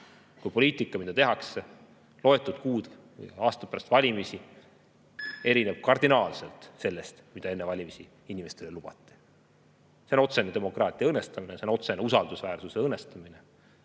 Kui poliitika, mida tehakse loetud kuud või aasta pärast valimisi, erineb kardinaalselt sellest, mida enne valimisi inimestele lubati, siis see on otsene demokraatia õõnestamine, see on otsene usaldusväärsuse õõnestamine.